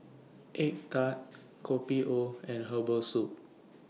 Egg Tart Kopi O and Herbal Soup